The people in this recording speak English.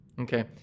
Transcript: Okay